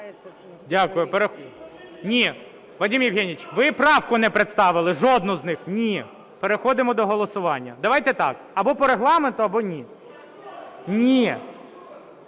Дякую. Ні, Вадим Євгенович, ви правку не представили, жодну з них, ні. Переходимо до голосування. Давайте так, або по Регламенту, або ні. Ні.